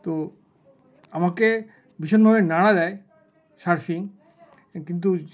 তো আমাকে ভীষণভাবে নাড়া দেয় সার্ফিং কিন্তু